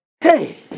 hey